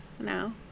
No